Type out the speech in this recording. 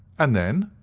and then?